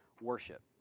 worship